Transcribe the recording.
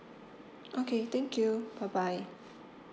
okay thank you bye bye